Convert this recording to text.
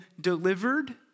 delivered